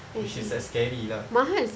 which is like scary lah